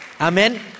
Amen